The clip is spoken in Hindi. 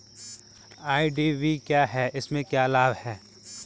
आई.डी.वी क्या है इसमें क्या लाभ है?